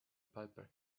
paper